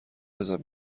ازم